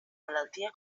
malaltia